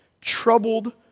troubled